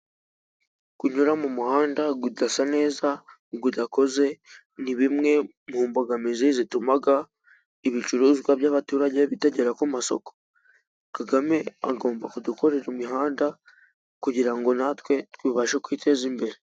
Kunyura mu muhanda udasa neza udakoze ni bimwe mu mbogamizi zituma ibicuruzwa by'abaturage bitagera ku masoko. Kagame agomba kudukorera imihanda kugira ngo natwe tubashe kwiteza imbere.